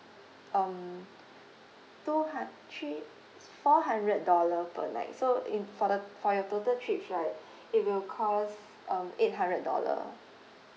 um two hun~ three it's four hundred dollar per night so in for the for your total trips right it will cost um eight hundred dollar